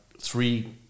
three